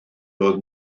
oedd